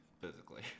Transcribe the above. physically